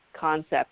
concept